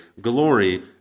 glory